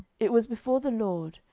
it was before the lord,